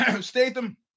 Statham